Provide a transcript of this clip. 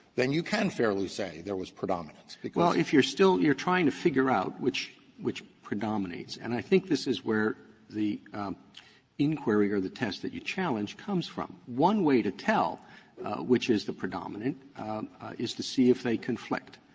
then you can fairly say there was predominance, because roberts well, if you're still you're trying to figure out which which predominates. and i think this is where the inquiry or the test that you challenge comes from. one way to tell which is the predominant is to see if they conflict.